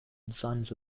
designers